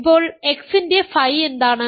ഇപ്പോൾ x ന്റെ ф എന്താണ്